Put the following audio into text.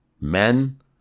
Men